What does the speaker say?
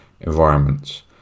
environments